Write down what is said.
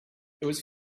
was